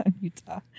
Utah